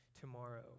tomorrow